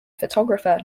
photographer